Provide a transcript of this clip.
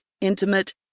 intimate